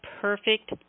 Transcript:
perfect